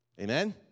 Amen